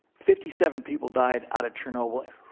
fifty-seven people died out of chernobyl, and